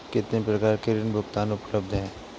कितनी प्रकार के ऋण भुगतान उपलब्ध हैं?